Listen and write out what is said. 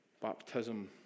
Baptism